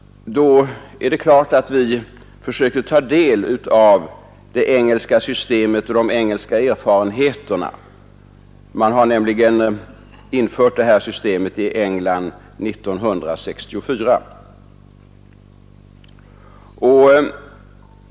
Då är det klart att vi försökte ta del av det engelska systemet och de engelska erfarenheterna. Man införde nämligen detta system i England år 1964.